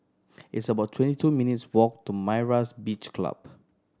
it's about twenty two minutes' walk to Myra's Beach Club